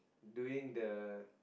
doing the